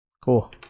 Cool